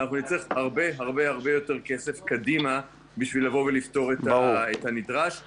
אנחנו נצטרך הרבה יותר כסף לעתיד כדי לפתור את הנדרש.